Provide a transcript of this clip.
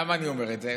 למה אני אומר את זה?